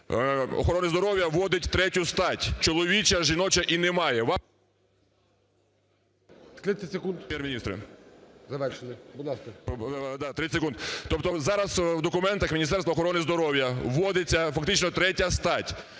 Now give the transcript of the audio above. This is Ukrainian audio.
Охорони здоров'я вводить третю стать: чоловіча, жіноча і немає…